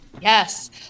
Yes